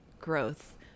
growth